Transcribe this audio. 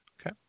Okay